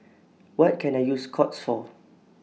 What Can I use Scott's For